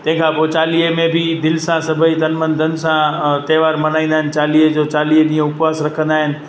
तंहिंखा पोइ चालीहें में बि दिलि सां सभई तन मन धन सां त्योहार मल्हाईंदा आहिनि चालीहें जो चाअलीह ॾींहं उपवास रखंदा आहिनि